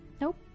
Nope